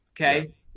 okay